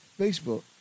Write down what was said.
Facebook